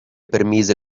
permise